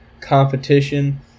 competition